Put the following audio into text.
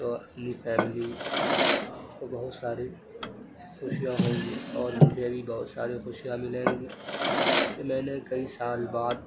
تو اپنی فیملی کو بہت ساری خوشیاں ہوں گی اور مجھے بھی بہت ساری خوشیاں ملیں گی کہ میں نے کئی سال بعد